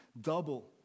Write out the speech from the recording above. double